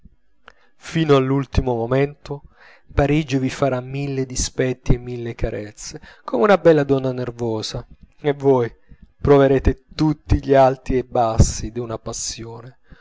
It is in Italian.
fino all'ultimo momento parigi vi farà mille dispetti e mille carezze come una bella donna nervosa e voi proverete tutti gli alti e bassi d'una passione